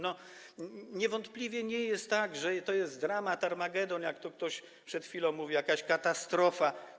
Niewątpliwie nie jest tak, że to jest dramat, armagedon, jak tu ktoś przed chwilą mówił, jakaś katastrofa.